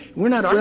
we're not